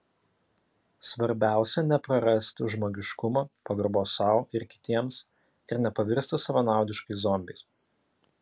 svarbiausia neprarasti žmogiškumo pagarbos sau ir kitiems ir nepavirsti savanaudiškais zombiais